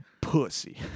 pussy